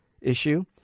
issue